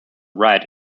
right